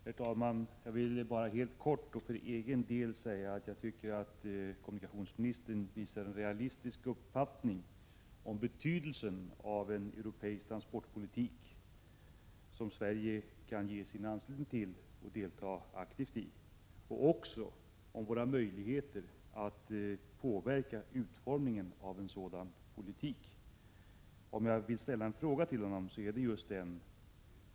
Herr talman! Jag vill för egen del helt kortfattat säga att jag tycker att kommunikationsministern visar en realistisk uppfattning om betydelsen av en europeisk transportpolitik, som Sverige kan ansluta sig till och delta aktivt i, samt om våra möjligheter att påverka utformningen av en sådan politik. Jag skulle vilja ställa en fråga till kommunikationsministern.